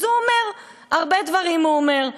אז הוא אומר, הרבה דברים הוא אומר.